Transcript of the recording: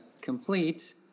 complete